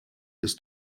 ist